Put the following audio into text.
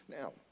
Now